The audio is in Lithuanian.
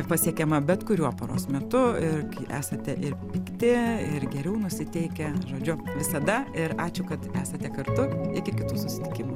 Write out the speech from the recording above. pasiekiama bet kuriuo paros metu ir esate ir pikti ir geriau nusiteikę žodžiu visada ir ačiū kad esate kartu iki kitų susitikimų